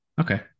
okay